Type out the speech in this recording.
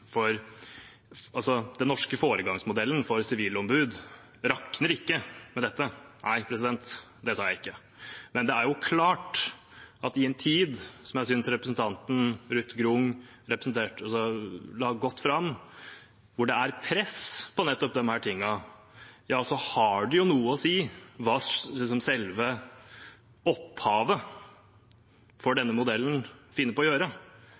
for den norske foregangsmodellen for sivilombud rakner ikke med dette – det sa jeg ikke. Men det er klart at i en tid – og dette synes jeg representanten Ruth Grung la godt fram – da det er press på nettopp disse tingene, har det noe å si hva selve opphavet for denne modellen finner på å gjøre